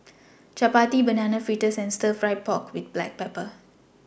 Chappati Banana Fritters and Stir Fry Pork with Black Pepper